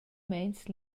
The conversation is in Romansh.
meins